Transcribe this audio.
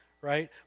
right